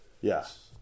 yes